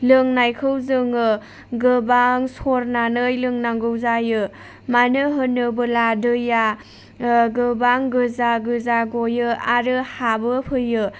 लोंनायखौ जोङो गोबां सरनानै लोंनांगौ जायो मानो होनोबोला दैया गोबां गोजा गोजा गयो आरो हाबो फैयो